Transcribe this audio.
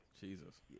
Jesus